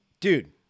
Dude